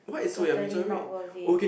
totally not worth it